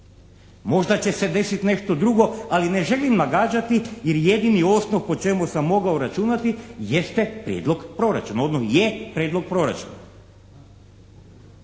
Možda će se desiti nešto drugo ali ne želim nagađati jer jedini osnov po čemu sam mogao računati jeste prijedlog proračuna. Ono je prijedlog proračuna.